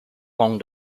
long